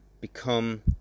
become